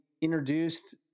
introduced